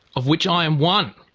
of which i am one.